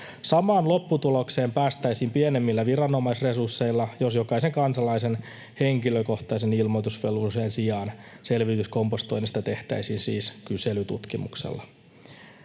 Samaan lopputulokseen päästäisiin pienemmillä viranomaisresursseilla, jos jokaisen kansalaisen henkilökohtaisen ilmoitusvelvollisuuden sijaan selvitys kompostoinnista tehtäisiin siis kyselytutkimuksella.